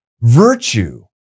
Virtue